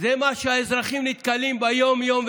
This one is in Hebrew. זה מה שהאזרחים נתקלים בו ביום-יום,